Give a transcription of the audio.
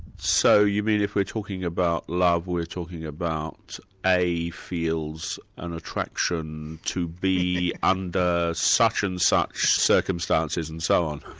so you mean if we're talking about love, we're talking about a feels an attraction to b, under such-and-such circumstances and so on.